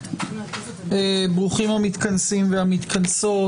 ברוכים המתכנסים והמתכנסות.